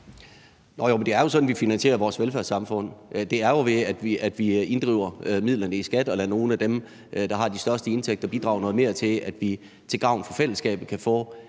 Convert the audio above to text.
det er jo sådan, vi finansierer vores velfærdssamfund. Det er jo, ved at vi inddriver midlerne i skat og lader nogle af dem, der har de største indtægter, bidrage noget mere til, at vi til gavn for fællesskabet kan få